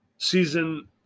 Season